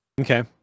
Okay